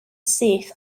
syth